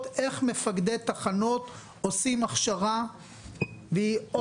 איך מפקדי תחנות עושים הכשרה לאירועי הפס"ד ומה